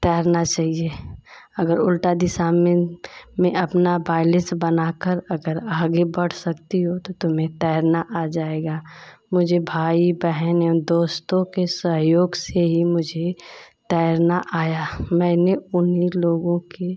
तैरना चाहिए अगर उलटा दिशा में में अपना बैलेंस बनाकर अगर आगे बढ़ सकती हो तो तुम्हें तैरना आ जाएगा मुझे भाई बहनों दोस्तों के सहयोग से ही मुझे तैरना आया मैंने उन्हीं लोगों के